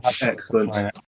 Excellent